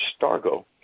Stargo